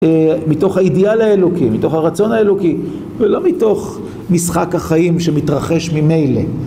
מתוך האידיאל האלוקי, מתוך הרצון האלוקי. ולא מתוך משחק החיים, שמתרחש ממילא.